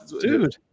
Dude